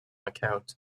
account